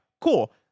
cool